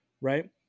Right